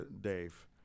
Dave